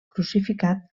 crucificat